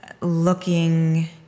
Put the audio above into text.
Looking